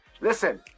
Listen